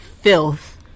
filth